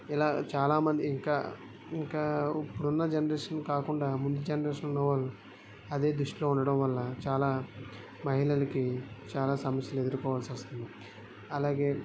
ఇలా చాలా మంది ఇంకా ఇంకా ఇప్పుడున్న జనరేషన్ కాకుండా ముందు జనరేషన్ ఉన్నవాళ్ళు అదే దృష్టిలో ఉండడం వల్ల చాలా మహిళలకి చాలా సమస్యలు ఎదురుకోవాల్సి వస్తుంది అలాగే